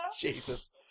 Jesus